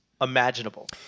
imaginable